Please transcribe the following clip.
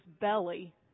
belly